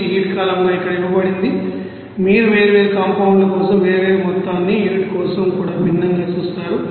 ఇది హీట్ కాలమ్గా ఇక్కడ ఇవ్వబడింది మీరు వేర్వేరు కాంపౌండ్ల కోసం వేర్వేరు మొత్తాన్ని యూనిట్ కోసం కూడా భిన్నంగా చూస్తారు